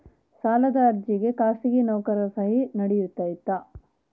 ಸಾಲದ ಅರ್ಜಿಗೆ ಖಾಸಗಿ ನೌಕರರ ಸಹಿ ನಡಿತೈತಿ?